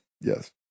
Yes